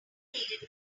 needed